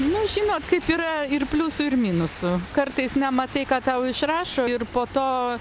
nu žinot kaip yra ir pliusų ir minusų kartais nematai ką tau išrašo ir po to